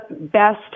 best